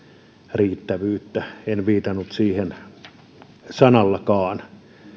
riittävyyttä en viitannut siihen sanallakaan